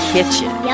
Kitchen